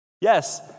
yes